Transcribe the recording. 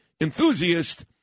enthusiast